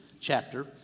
chapter